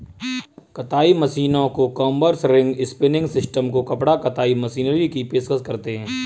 कताई मशीनों को कॉम्बर्स, रिंग स्पिनिंग सिस्टम को कपड़ा कताई मशीनरी की पेशकश करते हैं